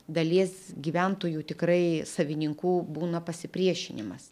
dalies gyventojų tikrai savininkų būna pasipriešinimas